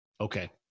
Okay